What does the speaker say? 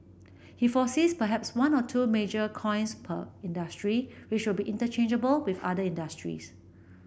he foresees perhaps one or two major coins per industry which will be interchangeable with other industries